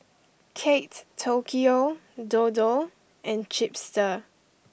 Kate Tokyo Dodo and Chipster